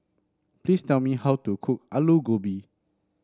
please tell me how to cook Aloo Gobi